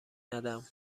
ندم